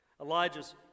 Elijah's